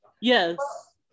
Yes